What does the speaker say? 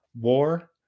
war